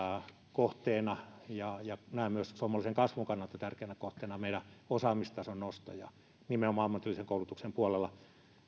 kohteena ja ja myös suomalaisen kasvun kannalta tärkeänä kohteena näen meillä osaamistason noston ja nimenomaan ammatillisen koulutuksen puolella